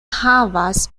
havas